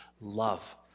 love